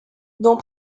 dans